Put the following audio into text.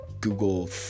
Google